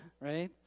right